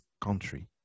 country